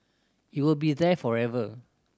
it will be there forever